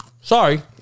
Sorry